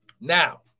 now